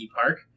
Park